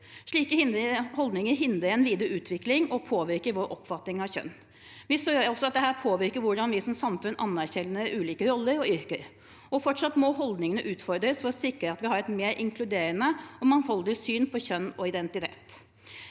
Slike holdninger hindrer en videre utvikling og påvirker vår oppfatning av kjønn. Vi ser også at dette påvirker hvordan vi som samfunn anerkjenner ulike roller og yrker. Fortsatt må holdningene utfordres for å sikre at vi har et mer inkluderende og mangfoldig syn på kjønn og identitet.